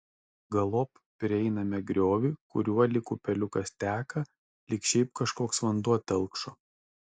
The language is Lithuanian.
galop prieiname griovį kuriuo lyg upeliukas teka lyg šiaip kažkoks vanduo telkšo